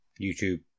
YouTube